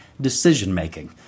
decision-making